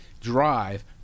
drive